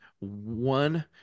One